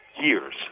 years